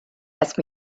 asked